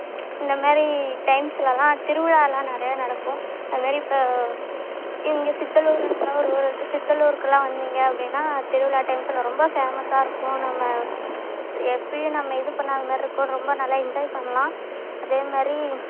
இந்தமாதிரி டைம்ஸ்லெலாம் திருவிழாலாம் நிறையா நடக்கும் அதுமாரி இப்போ எங்கள் சித்தலூரில் ஒரு ஊர் சித்தலூருக்கெலாம் வந்தீங்க அப்படீன்னா திருவிழா டைம்ஸில் ரொம்ப ஃபேமஸ்ஸாக இருக்கும் நல்ல எப்பையும் நம்ம இது பண்ணாதமாரி இருக்கும் ரொம்ப நல்லா என்ஜாய் பண்ணலாம் அதேமாரி